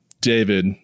David